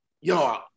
yo